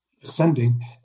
Ascending